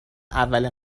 اولین